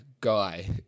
guy